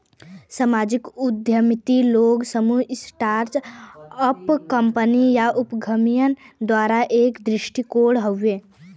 सामाजिक उद्यमिता लोग, समूह, स्टार्ट अप कंपनी या उद्यमियन द्वारा एक दृष्टिकोण हउवे